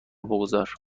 بگذار